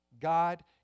God